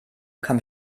kam